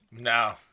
No